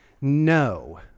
No